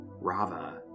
Rava